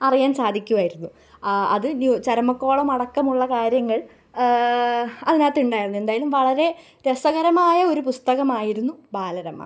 അറിയാൻ സാധിക്കുമായിരുന്നു ആ അത് ഇനി ചരമക്കോളം അടക്കമുള്ള കാര്യങ്ങൾ അതിനകത്ത് ഉയിരുന്നു എന്തായാലും വളരെ രസകരമായ ഒരു പുസ്തകമായിരുന്നു ബാലരമ